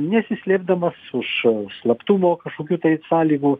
nesislėpdamas už slaptumo kažkokių tai sąlygų